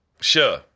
Sure